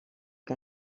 que